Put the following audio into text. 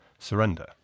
surrender